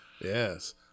Yes